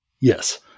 Yes